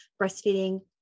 breastfeeding